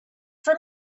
for